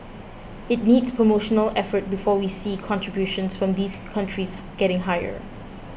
it needs promotional effort before we see contributions from these countries getting higher